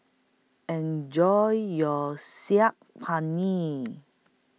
Enjoy your Saag Paneer